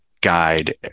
guide